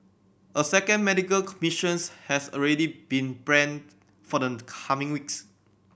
a second medical mission has already been planned for the coming weeks